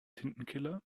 tintenkiller